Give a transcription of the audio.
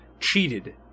cheated